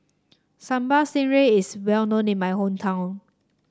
Sambal Stingray is well known in my hometown